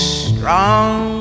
strong